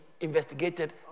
investigated